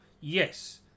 yes